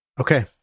Okay